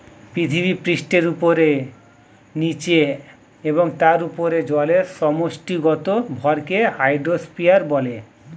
পৃথিবীপৃষ্ঠের উপরে, নীচে এবং তার উপরে জলের সমষ্টিগত ভরকে হাইড্রোস্ফিয়ার বলে